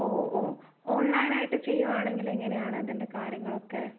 ഓ ഓ ഓൺലൈനായിട്ട് ചെയ്യുവാണെങ്കിൽ എങ്ങനെയാണ് അതിൻ്റെ കാര്യങ്ങൾ ഒക്കെ